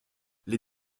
les